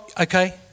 okay